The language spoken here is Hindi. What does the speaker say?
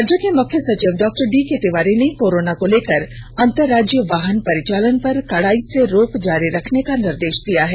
राज्य के मुख्य सचिव डॉ डीके तिवारी ने कोरोना को लेकर अंतरराज्यीय वाहन परिचालन पर कड़ाई से रोक जारी रखने का निर्देष दिया है